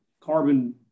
carbon